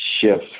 shift